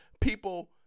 people